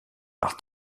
par